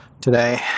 today